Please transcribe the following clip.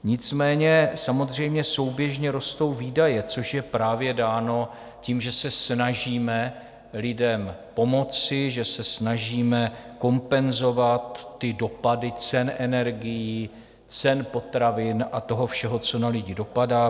Nicméně samozřejmě souběžně rostou výdaje, což je právě dáno tím, že se snažíme lidem pomoci, že se snažíme kompenzovat dopady cen energií, cen potravin a toho všeho, co na lidi dopadá.